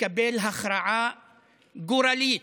לקבל הכרעה גורלית,